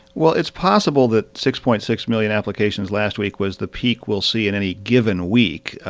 well, it's possible that six point six million applications last week was the peak we'll see in any given week,